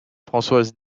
françoise